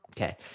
okay